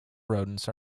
rodents